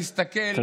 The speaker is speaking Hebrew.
תסתכל,